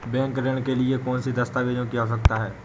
Bank ऋण के लिए कौन से दस्तावेजों की आवश्यकता है?